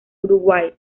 uruguay